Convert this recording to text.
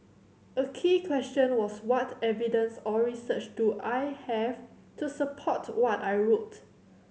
a key question was what evidence or research do I have to support what I wrote